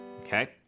Okay